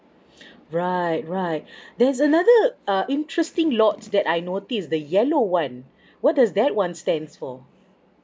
right right there's another uh interesting lots that I notice the yellow one what is that one stands for